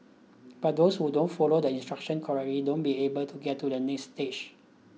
but those who don't follow the instructions correctly don't be able to get to the next stage